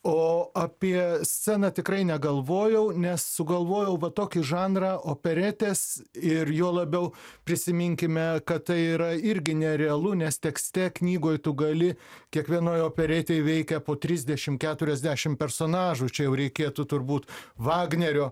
o apie sceną tikrai negalvojau nes sugalvojau va tokį žanrą operetės ir juo labiau prisiminkime kad tai yra irgi nerealu nes tekste knygoj tu gali kiekvienoj operetėj veikia po trisdešim keturiasdešim personažų čia jau reikėtų turbūt vagnerio